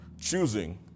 choosing